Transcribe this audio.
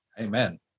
Amen